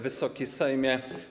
Wysoki Sejmie!